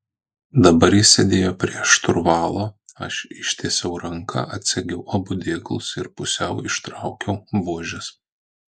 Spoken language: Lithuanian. dabar jis sėdėjo prie šturvalo aš ištiesiau ranką atsegiau abu dėklus ir pusiau ištraukiau buožes